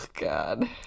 god